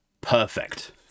perfect